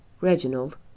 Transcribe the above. Reginald